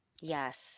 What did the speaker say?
Yes